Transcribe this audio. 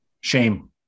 Shame